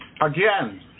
again